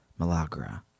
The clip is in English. Malagra